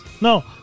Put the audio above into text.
No